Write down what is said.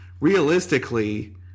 realistically